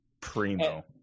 primo